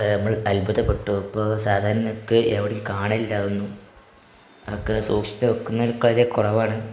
നമ്മൾ അത്ഭുതപ്പെട്ടു ഇപ്പോൾ സാധരണ എവിടേയും കാണില്ല അതൊന്നും ഒക്കെ സൂക്ഷിച്ച് വയ്ക്കുന്നോരൊക്കെ വളരെ കുറവാണ്